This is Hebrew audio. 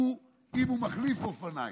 אם הוא מחליף אופניים,